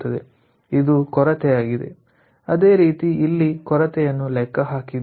ಅದು ಕೊರತೆಯಾಗಿದೆ ಅದೇ ರೀತಿ ಇಲ್ಲಿ ಕೊರತೆಯನ್ನು ಲೆಕ್ಕ ಹಾಕಿದ್ದೇವೆ